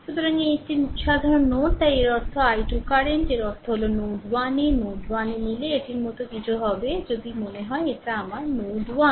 সুতরাং এই এটি একটি সাধারণ নোড তাই এর অর্থ এই i2 কারেন্ট এর অর্থ হল নোড 1 এ নোড 1 নিলে এটির মতো কিছু হবে এটি যদি মনে হয় আমার নোড 1